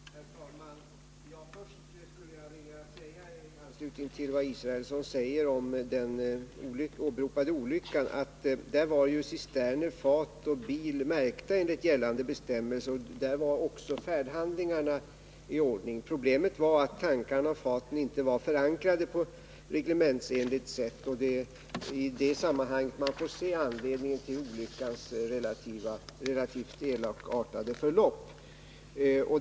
Herr talman! Först skulle jag i anslutning till vad Per Israelsson anför om den åberopade olyckan vilja säga att cisterner, fat och bil där var märkta enligt gällande bestämmelser. Också färdhandlingarna var i ordning. Problemet var att tankarna och faten inte var förankrade på ett reglementsenligt sätt. Det är i det förhållandet man får se anledningen till olyckans relativt elakartade förlopp.